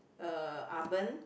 uh oven